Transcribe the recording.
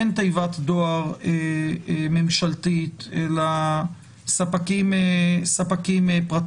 אין תיבת דואר ממשלתית אלא ספקים פרטיים.